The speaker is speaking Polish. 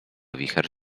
wicher